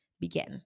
begin